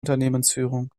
unternehmensführung